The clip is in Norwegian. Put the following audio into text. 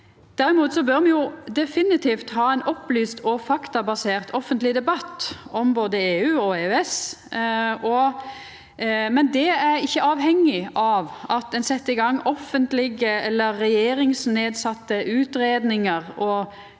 Derimot bør me definitivt ha ein opplyst og faktabasert offentleg debatt om både EU og EØS, men det er ikkje avhengig av at ein set i gang offentlege eller regjeringsnedsette utgreiingar og